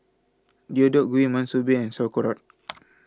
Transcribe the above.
Deodeok Gui Monsunabe and Sauerkraut